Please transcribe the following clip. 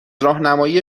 راهنمایی